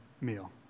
meal